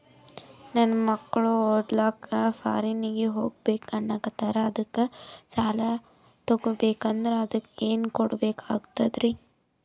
ನನ್ನ ಮಕ್ಕಳು ಓದ್ಲಕ್ಕ ಫಾರಿನ್ನಿಗೆ ಹೋಗ್ಬಕ ಅನ್ನಕತ್ತರ, ಅದಕ್ಕ ಸಾಲ ತೊಗೊಬಕಂದ್ರ ಅದಕ್ಕ ಏನ್ ಕೊಡಬೇಕಾಗ್ತದ್ರಿ?